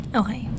okay